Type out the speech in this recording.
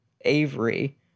Avery